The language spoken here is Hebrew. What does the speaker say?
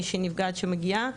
מי שנפגעת שמגיעה,